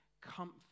comfort